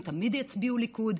הם תמיד יצביעו ליכוד,